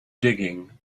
digging